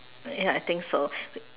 ya I think so